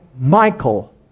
Michael